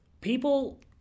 people